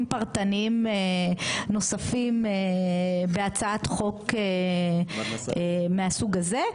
פרטניים נוספים בהצעת חוק מהסוג הזה.